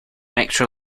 extra